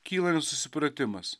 kyla nesusipratimas